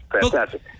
Fantastic